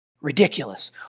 ridiculous